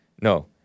no